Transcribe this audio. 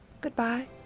Goodbye